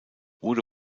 wurde